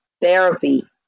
therapy